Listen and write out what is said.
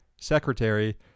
secretary